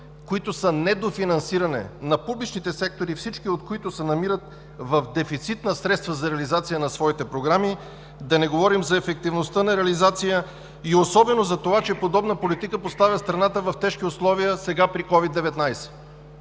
които са недофинансиране на публичните сектори, всички от които се намират в дефицит на средства за реализация на своите програми. Да не говорим за ефективността на реализация и особено за това, че подобна политика поставя страната в тежки условия сега при COVID-19.